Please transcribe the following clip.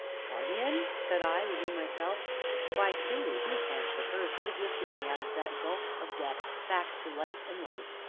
charmian? said i, within myself why, truly, whose hand but hers could have lifted me out of that gulf of death, back to light and life?